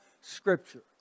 Scripture